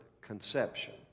conception